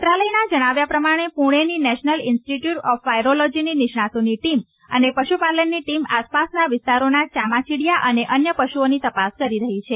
મંત્રાલયનાં જણાવ્યા પ્રમાણે પૂણેની નેશનલ ઇન્સ્ટિટ્યૂટ ઓફ વાયરોલોજીની નિષ્ણાંતોની ટીમ અને પશુપાલનની ટીમ આસપાસના વિસ્તારોના ચામાચીડીયા અને અન્ય પશુઓની તપાસ કરી રહી છે